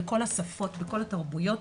בכל השפות ובכל התרבויות.